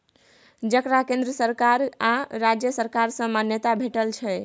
जकरा केंद्र सरकार आ राज्य सरकार सँ मान्यता भेटल छै